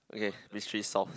okay mystery solved